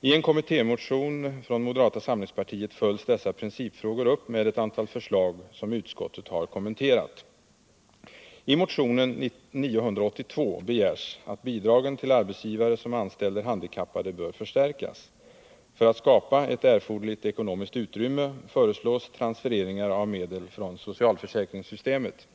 I en kommittémotion från moderata samlingspartiet följs dessa principfrågor upp med ett antal förslag som utskottet har kommenterat. I motion 982 begärs att bidragen till arbetsgivare som anställer handikappade bör förstärkas. För att skapa ett erforderligt ekonomiskt utrymme föreslås transfereringar av medel från socialförsäkringssystemet.